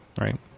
right